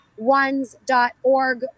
ones.org